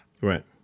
Right